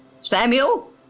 Samuel